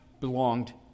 belonged